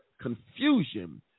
confusion